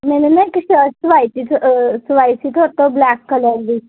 ਮੈਂ ਨਾ ਇੱਕ ਸ਼ਰਟ ਸਿਲਵਾਈ ਸੀ ਸਿਲਵਾਈ ਸੀ ਤੁਹਾਡੇ ਤੋਂ ਬਲੈਕ ਕਲਰ ਦੀ